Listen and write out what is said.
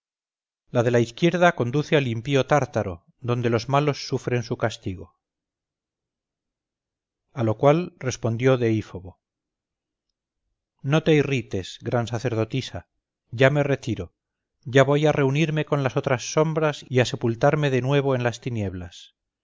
la de la izquierda conduce al impío tártaro donde los malos sufren su castigo a lo cual respondió deífobo no te irrites gran sacerdotisa ya me retiro ya voy a reunirme con las otras sombras y a sepultarme de nuevo en las tinieblas